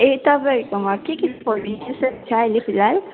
ए तपाईँहरूकोमा के के फर्निचर सेट छ अहिले फिलहाल